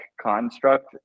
construct